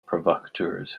provocateurs